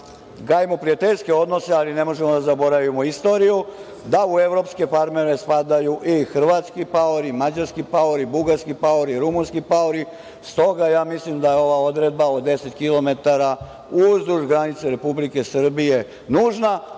gajimo prijateljske odnose, ali ne možemo da zaboravimo istoriju da u evropske farmere spadaju i hrvatski paori, mađarski paori, bugarski paori, rumunski paori. Stoga, ja mislim da ova odredba od 10 km uzduž granice Republike Srbije je nužna,